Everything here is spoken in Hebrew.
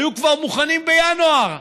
היו כבר מוכנות בינואר,